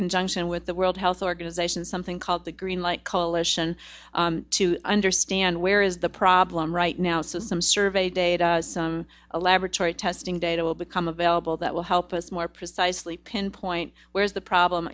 conjunction with the world health organization something called the green light coalition to understand where is the problem right now so some survey data some a laboratory testing data will become available that will help us more precisely pinpoint where the problem